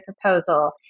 proposal